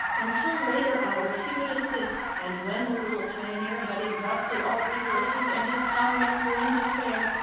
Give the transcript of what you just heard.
until later hours he would assist, and when the little pioneer had exhausted all resources and his comrades were in despair,